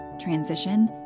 transition